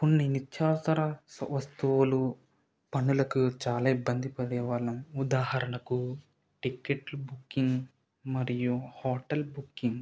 కొన్ని నిత్యవసర వస్తువులు పనులకి చాలా ఇబ్బంది పడే వాళ్ళం ఉదాహరణకు టిక్కెట్లు బుకింగ్ మరియు హోటల్ బుకింగ్